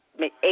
eight